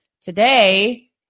Today